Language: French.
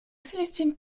célestine